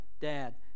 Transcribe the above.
Dad